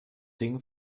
ding